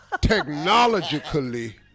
technologically